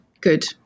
good